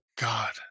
god